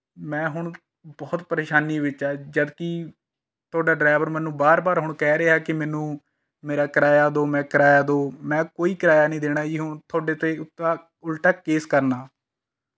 ਮੈਂ ਹੁਣ ਬਹੁਤ ਪਰੇਸ਼ਾਨੀ ਵਿੱਚ ਹਾਂ ਜਦ ਕਿ ਤੁਹਾਡਾ ਡਰਾਈਵਰ ਮੈਨੂੰ ਬਾਰ ਬਾਰ ਹੁਣ ਕਹਿ ਰਿਹਾ ਕਿ ਮੈਨੂੰ ਮੇਰਾ ਕਿਰਾਇਆ ਦਿਓ ਮੈਂ ਕਿਰਾਇਆ ਦਿਓ ਮੈਂ ਕੋਈ ਕਿਰਾਇਆ ਨਹੀਂ ਦੇਣਾ ਜੀ ਹੁਣ ਤੁਹਾਡੇ 'ਤੇ ਉਤਾ ਉਲਟਾ ਕੇਸ ਕਰਨਾ